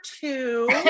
two